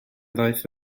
ddaeth